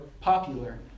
popular